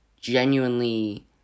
genuinely